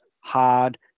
hard